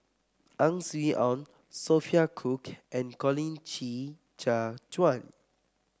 Ang Swee Aun Sophia Cooke and Colin Qi Zhe Quan